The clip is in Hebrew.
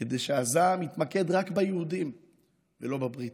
כדי שהזעם יתמקד רק ביהודים ולא בבריטים.